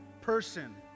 person